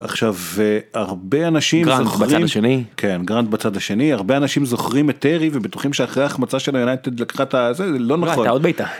עכשיו הרבה אנשים, גרנד בצד השני, כן גרנד בצד השני, הרבה אנשים זוכרים את טרי ובטוחים שאחרי ההחמצה שלה יונייטד לקחה את הזה, זה לא נכון, הייתה עוד בעיטה